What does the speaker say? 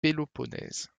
péloponnèse